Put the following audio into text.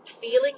feeling